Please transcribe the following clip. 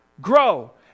grow